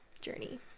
journey